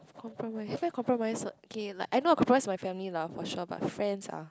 compromise where compromise what okay like I know I compromise my family lah for sure but friends ah